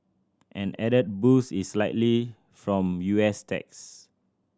an added boost is likely from U S tax